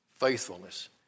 faithfulness